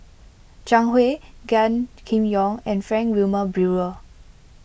Zhang Hui Gan Kim Yong and Frank Wilmin Brewer